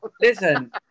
Listen